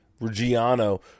Reggiano